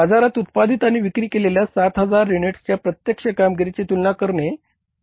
बाजारात उत्पादित आणि विक्री केलेल्या 7000 युनिट्सच्या प्रत्यक्ष कामगिरीची तुलना करणे बरोबर